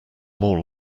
more